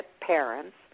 parents